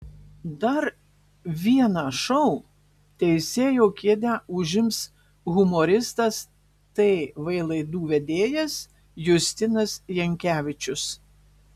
dar vieną šou teisėjo kėdę užims humoristas tv laidų vedėjas justinas jankevičius